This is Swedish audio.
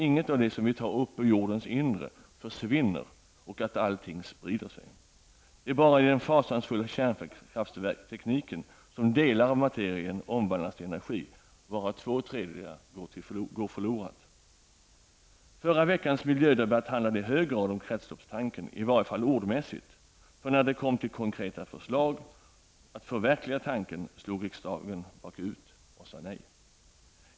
Inget av det som vi tar upp ur jordens inre försvinner ju utan allt sprider sig. Det är bara inom den fasansfulla kärnkraftstekniken som delar av materien omvandlas till energi, varav två tredjedelar går förlorade. Förra veckans miljödebatt handlade i hög grad om kretsloppstanken, i varje fall ordmässigt. När det kom till konkreta förslag att förverkliga tanken slog riksdagen nämligen bak ut och sade nej.